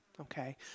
okay